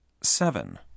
Seven